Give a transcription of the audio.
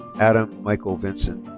adam michael vinson.